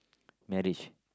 marriage